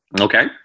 Okay